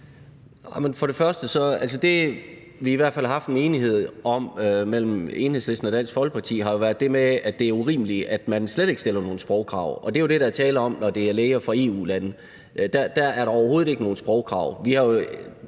Først vil jeg sige, at det, der i hvert fald har været enighed om mellem Enhedslisten og Dansk Folkeparti, jo har været det med, at det er urimeligt, at man slet ikke stiller nogen sprogkrav, og det er jo det, der er tale om, når det gælder læger fra EU-lande; der er der overhovedet ikke nogen sprogkrav. Vi har jo